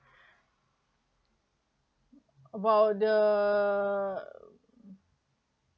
about the